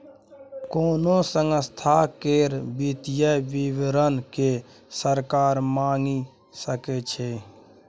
कोनो संस्था केर वित्तीय विवरण केँ सरकार मांगि सकै छै